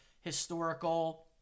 historical